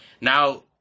Now